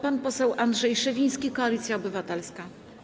Pan poseł Andrzej Szewiński, Koalicja Obywatelska.